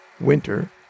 winter